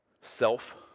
Self